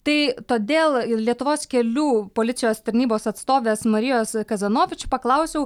tai todėl ir lietuvos kelių policijos tarnybos atstovės marijos kazanovič paklausiau